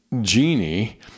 genie